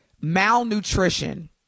Malnutrition